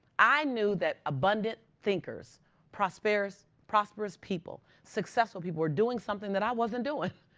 i knew that abundant thinkers prosperous prosperous people, successful people were doing something that i wasn't doing.